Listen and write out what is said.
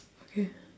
okay